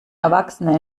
erwachsene